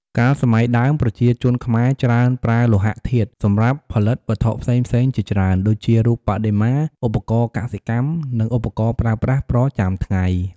កាលសម័យដើមប្រជាជនខ្មែរច្រើនប្រើលោហធាតុ សម្រាប់ផលិតវត្ថុផ្សេងៗជាច្រើន ដូចជារូបបដិមា ឧបករណ៍កសិកម្ម និងឧបករណ៍ប្រើប្រាស់ ប្រចាំថ្ងៃ។